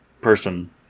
person